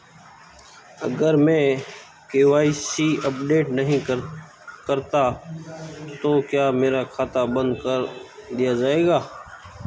अगर मैं KYC update नहीं करता तो क्या मेरा खाता बंद कर दिया जाएगा?